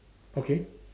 okay